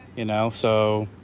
you know so.